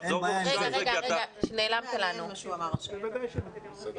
הדברים שלך נקטעו באמצע.